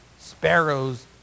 sparrows